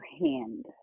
hand